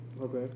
Okay